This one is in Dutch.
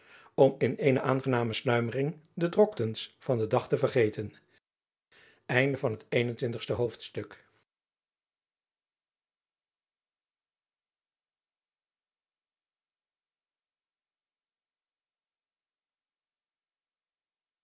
om in eene aangename sluimering de droktens van den dag te vergeten